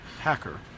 hacker